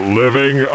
living